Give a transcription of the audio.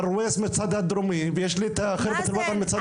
יש לי תל ערווסט מהצד הדרומי ויש לי את ח'רבת אל-ווטן מצד אחר.